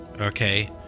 okay